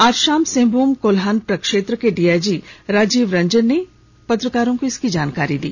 आज शाम सिंहभूम कोल्हान प्रक्षेत्र के डीआईजी राजीव रंजन ने मीडिया को इसकी जानकारी दी